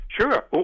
Sure